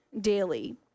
daily